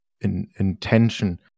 intention